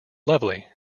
lovely